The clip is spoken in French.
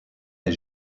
est